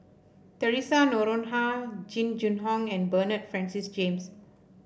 Theresa Noronha Jing Jun Hong and Bernard Francis James